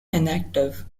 inactive